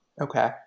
Okay